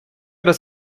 раз